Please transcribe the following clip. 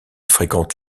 fréquente